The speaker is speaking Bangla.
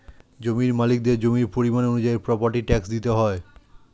জমির মালিকদের জমির পরিমাণ অনুযায়ী প্রপার্টি ট্যাক্স দিতে হয়